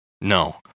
No